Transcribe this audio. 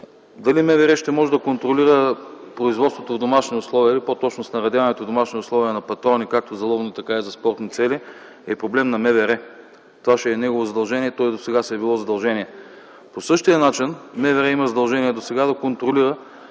дали МВР ще може да контролира производството в домашни условия и по-точно снаредяването в домашни условия на патрони, както за ловни, така и за спортни цели, е проблем на МВР. Това ще е негово задължение, то и досега си е било задължение. По същия начин МВР има задължение досега да контролира